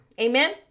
Amen